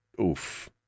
oof